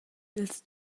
ils